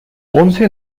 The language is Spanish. ponce